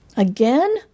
again